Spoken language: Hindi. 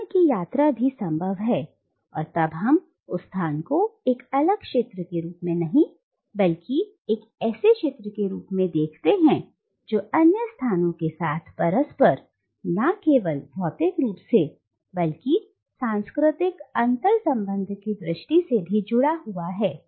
और क्षण की यात्रा भी संभव है और तब हम उस स्थान को एक अलग क्षेत्र के रूप में नहीं बल्कि एक ऐसे क्षेत्र के रूप में देखते हैं जो अन्य स्थानों के साथ परस्पर ना केवल भौतिक रूप से बल्कि सांस्कृतिक अंतर्संबंध की दृष्टि से भी जुड़ा हुआ है